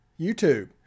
YouTube